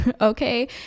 Okay